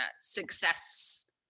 success